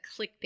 clickbait